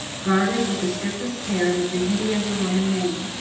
guarded with the strictest care the dignity of the roman name,